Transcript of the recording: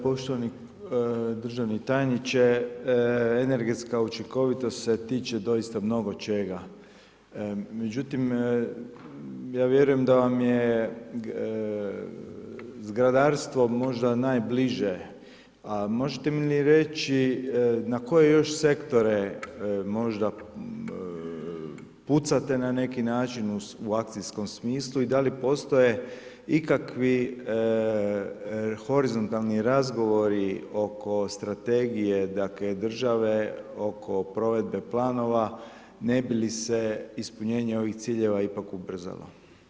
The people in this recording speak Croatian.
Poštovani državni tajniče, energetska učinkovitost se tiče doista mnogo čega međutim ja vjerujem da vam je zgradarstvo možda najbliže, a možete li mi reći na koje sektore možda pucate na neki način u akcijskom smislu i d li postoje ikakvi horizontalni razgovori oko strategije države, oko provedbe planova ne bi li se ispunjenje ovih ciljeva ipak ubrzalo?